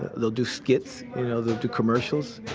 they'll do skits. you know they'll do commercials